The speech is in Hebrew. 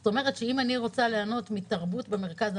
זאת אומרת שאם אני רוצה ליהנות מתרבות במרכז,